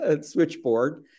switchboard